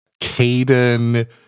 Caden